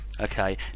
okay